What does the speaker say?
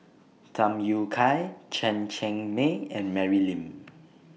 Tham Yui Kai Chen Cheng Mei and Mary Lim